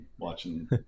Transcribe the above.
watching